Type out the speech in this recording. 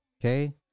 Okay